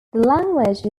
language